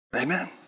Amen